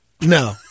No